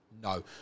No